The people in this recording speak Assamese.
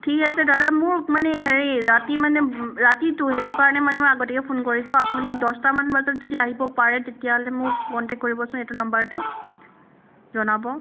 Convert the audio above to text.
ঠিক আছে দাদা মোৰ মানে হেৰি ৰাতি মানে ৰাতিতো সেইটো কাৰণে মই আগতীয়াকৈ ফোন কৰিছোঁ আপুনি দহটামান বজাত যদি আহিব পাৰে তেতিয়াহ'লে মোক কনটেক্ট কৰিবচোন এইটো নাম্বাৰতে জনাব